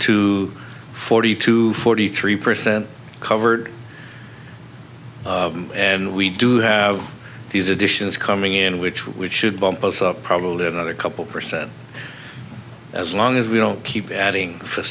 to forty to forty three percent covered and we do have these additions coming in which we should bump up probably another couple percent as long as we don't keep adding f